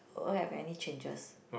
have any changes